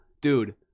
Dude